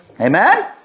Amen